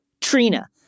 Trina